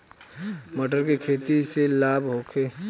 मटर के खेती से लाभ होखे?